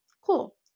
Cool